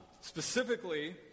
Specifically